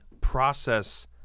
process